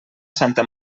santa